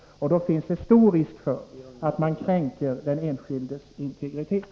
Det finns stor risk för att man då kränker den enskildes integritet.